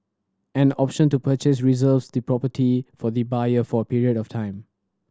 an option to purchase reserves the property for the buyer for a period of time